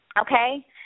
Okay